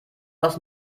aus